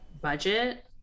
budget